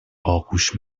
آغوش